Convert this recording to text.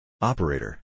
Operator